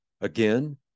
Again